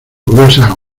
gruesas